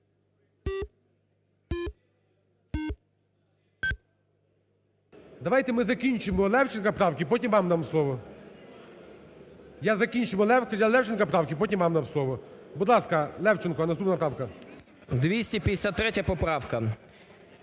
Давайте, ми закінчимо Левченка правки, потім вам дам слово. Я закінчу Левченка правки, потім вам дам слово. Будь ласка, Левченко, наступна поправка.